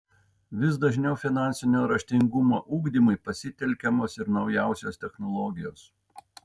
vis dažniau finansinio raštingumo ugdymui pasitelkiamos ir naujausios technologijos